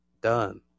done